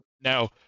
Now